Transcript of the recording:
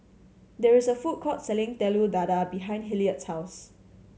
there is a food court selling Telur Dadah behind Hilliard's house